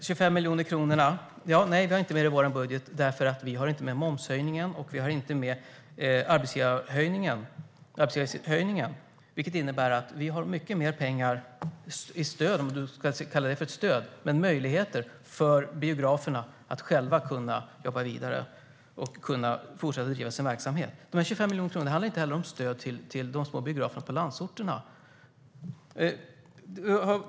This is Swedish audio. Herr talman! Vi har inte med de 25 miljoner kronorna i vår budget eftersom vi inte har med momshöjningen och arbetsgivaravgiftshöjningen. Det innebär att vi har mycket mer pengar i stöd - om man vill kalla det för stöd - eller möjligheter för biograferna att själva jobba vidare och fortsätta att driva sin verksamhet. Dessa 25 miljoner kronor handlar inte om stöd till de små biograferna på landsorten.